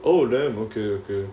oh damn okay okay